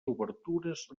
obertures